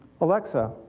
Alexa